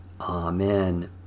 Amen